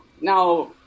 now